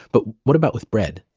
but what about with bread?